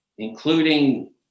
Including